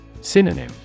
Synonym